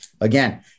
again